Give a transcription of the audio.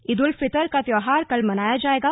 ईद उल फितर का त्यौहार कल मनाया जाएगा